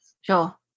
Sure